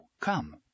Come